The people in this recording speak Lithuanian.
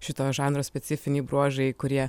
šito žanro specifiniai bruožai kurie